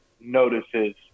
notices